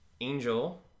Angel